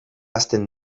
hasten